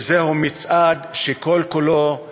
וזהו מצעד שכל-כולו הלוויה,